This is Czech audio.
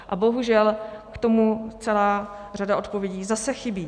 A bohužel k tomu celá řada odpovědí zase chybí.